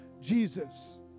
Jesus